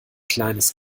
kleines